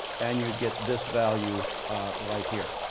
and you get this value right here,